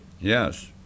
Yes